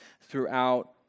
throughout